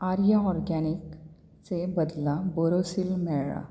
Arya organic चे बदला बोरोसिल मेळ्ळां